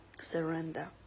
surrender